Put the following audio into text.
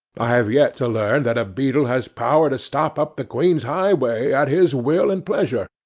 i have yet to learn that a beadle has power to stop up the queen's highway at his will and pleasure,